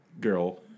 girl